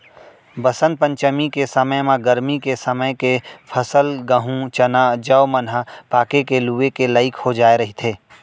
बसंत पंचमी के समे म गरमी के समे के फसल गहूँ, चना, जौ मन ह पाके के लूए के लइक हो जाए रहिथे